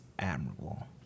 admirable